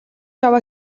яваа